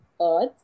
earth